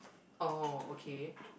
oh okay